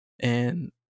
And-